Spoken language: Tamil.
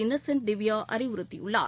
இன்னசென்ட் திவ்யா அறிவுறுத்தியுள்ளார்